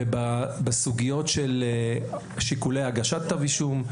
ובסוגיות של שיקולי הגשת כתב אישום.